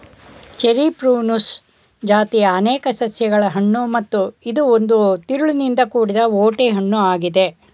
cherry Prunus ಜಾತಿಯ ಅನೇಕ ಸಸ್ಯಗಳ ಹಣ್ಣು ಮತ್ತು ಇದು ಒಂದು ತಿರುಳಿನಿಂದ ಕೂಡಿದ ಓಟೆ ಹಣ್ಣು ಆಗಿದೆ